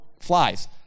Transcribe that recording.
Flies